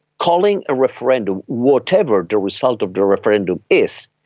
calling a referendum, whatever the result of the referendum is,